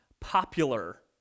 popular